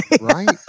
Right